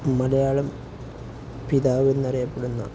മലയാളം പിതാവ് എന്നറിയപ്പെടുന്ന